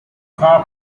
car